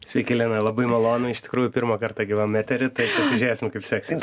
sveiki lina labai malonu iš tikrųjų pirmą kartą gyvam etery tai pasižiūrėsim kaip seksis